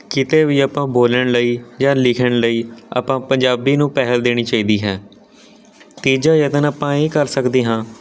ਕਿਤੇ ਵੀ ਆਪਾਂ ਬੋਲਣ ਲਈ ਜਾਂ ਲਿਖਣ ਲਈ ਆਪਾਂ ਪੰਜਾਬੀ ਨੂੰ ਪਹਿਲ ਦੇਣੀ ਚਾਹੀਦੀ ਹੈ ਤੀਜਾ ਯਤਨ ਆਪਾਂ ਇਹ ਕਰ ਸਕਦੇ ਹਾਂ